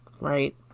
Right